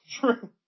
True